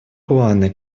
планы